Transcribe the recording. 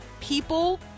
people